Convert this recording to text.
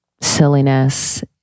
silliness